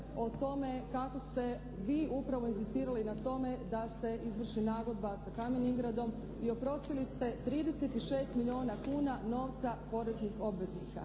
o tome kako ste vi upravo inzistirali na tome da se izvrši nagodba sa Kamen Ingradom i oprostili ste 36 milijuna kuna novca poreznih obveznika.